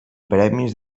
premis